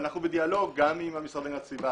ואנחנו בדיאלוג גם עם המשרד להגנת הסביבה